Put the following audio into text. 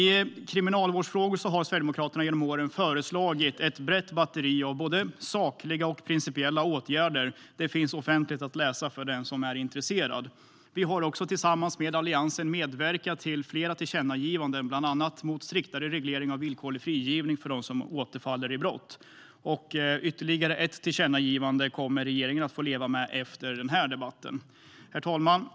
I kriminalvårdsfrågor har Sverigedemokraterna genom åren föreslagit ett brett batteri av både sakliga och principiella åtgärder. Det finns offentligt att läsa för den som är intresserad. Vi har också tillsammans med Alliansen medverkat till flera tillkännagivanden, bland annat för en striktare reglering av villkorlig frigivning för den som återfaller i brott. Och ytterligare ett tillkännagivande kommer regeringen att få leva med efter den här debatten. Herr talman!